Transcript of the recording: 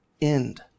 end